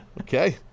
Okay